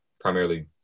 primarily